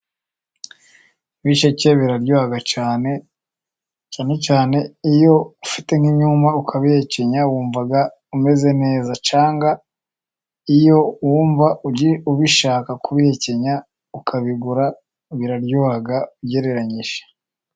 Ibisheke biraryo cyane, cyane cyane iyo ufite nk'umwuma ukabihekenya wumva umeze neza, cyangwa iyo wumva ubishaka kubihekenya, ukabigura biraryoha ugereranyije.